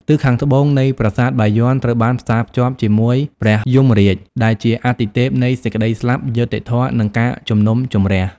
ទិសខាងត្បូងនៃប្រាសាទបាយ័ន ត្រូវបានផ្សារភ្ជាប់ជាមួយ ព្រះយមរាជ ដែលជាអាទិទេពនៃសេចក្តីស្លាប់ យុត្តិធម៌ និងការជំនុំជម្រះ។